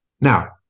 Now